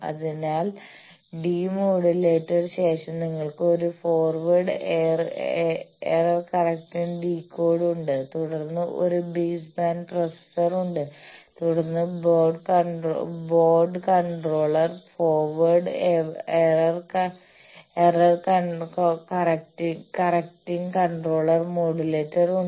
അതിനാൽ ഡെമോഡുലേറ്ററിന് ശേഷം നിങ്ങൾക്ക് ഒരു ഫോർവേഡ് എറർ കറക്ടിങ് ഡീകോഡർ ഉണ്ട് തുടർന്ന് ഒരു ബേസ് ബാൻഡ് പ്രോസസർ ഉണ്ട് തുടർന്ന് ബോർഡ് കൺട്രോളറിൽ forward error correcting controller modulator ഉണ്ട്